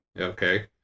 Okay